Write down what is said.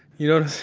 you know